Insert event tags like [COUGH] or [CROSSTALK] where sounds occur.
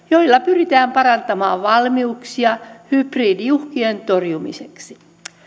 [UNINTELLIGIBLE] joilla pyritään parantamaan valmiuksia hybridiuhkien torjumiseksi